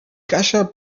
kasia